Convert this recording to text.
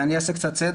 אני אעשה סדר,